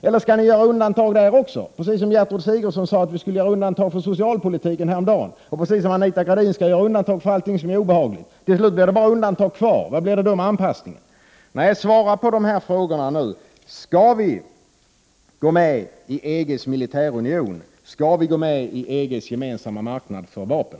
Eller skall ni göra undantag också för den, precis som Gertrud Sigurdsen härom dagen sade att vi skall göra undantag för socialpolitiken och precis som Anita Gradin skall göra undantag för allt som är obehagligt? Till slut blir det bara undantag kvar. Hur blir det då med anpassningen? Svara nu på dessa frågor! Skall vi gå med i EG:s militärunion? Skall vi gå med i EG:s gemensamma marknad för vapen?